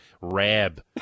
Rab